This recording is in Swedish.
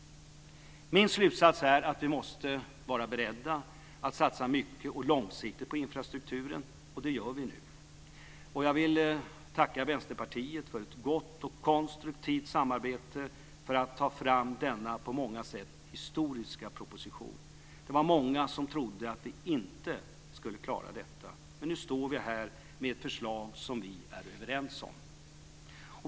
Min slutsats är att vi måste vara beredda att satsa mycket och långsiktigt på infrastrukturen. Det gör vi nu. Jag vill tacka Vänsterpartiet för ett gott och konstruktivt samarbete för att ta fram denna på många sätt historiska proposition. Det var många som trodde att vi inte skulle klara detta. Nu står vi här med ett förslag som vi är överens om.